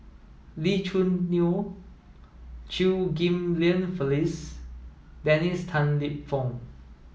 Lee Choo Neo Chew Ghim Lian Phyllis Dennis Tan Lip Fong